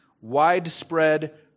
widespread